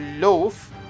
Loaf